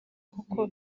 kuko